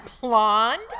Blonde